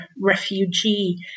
refugee